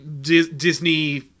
Disney